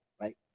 right